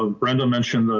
ah brenda mentioned,